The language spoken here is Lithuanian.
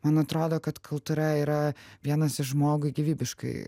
man atrodo kad kultūra yra vienas iš žmogui gyvybiškai